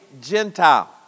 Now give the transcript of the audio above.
Gentile